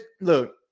look